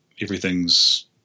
everything's